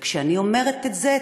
וכשאני אומרת את זה,